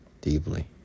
deeply